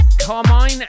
Carmine